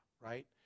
right